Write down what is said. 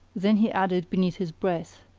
then he added beneath his breath